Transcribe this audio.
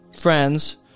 friends